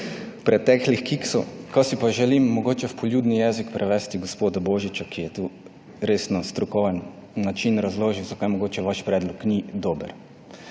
preteklih kiksov. Si pa mogoče želim v poljudni jezik prevesti gospoda Božiča, ki je tu res na strokovni način razložil, zakaj mogoče vaš predlog ni dober.